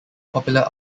popular